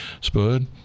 spud